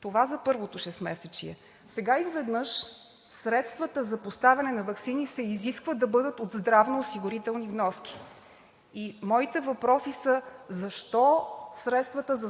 Това е за първото шестмесечие. Сега изведнъж средствата за поставяне на ваксини се изисква да бъдат от здравноосигурителни вноски. Моите въпроси са: защо средствата за